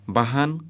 Bahan